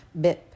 Bip